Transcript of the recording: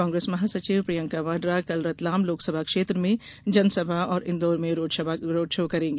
कांग्रेस महासचिव प्रियंका वाड्रा कल रतलाम लोकसभा क्षेत्र में जनसभा और इन्दौर में रोड शो करेंगी